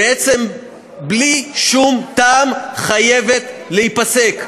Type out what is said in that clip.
בעצם בלי שום טעם, חייבת להיפסק.